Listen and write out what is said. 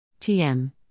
TM